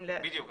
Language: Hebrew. בדיוק.